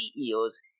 CEOs